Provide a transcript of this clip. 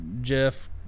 Jeff